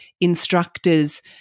instructors